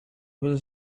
was